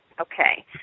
Okay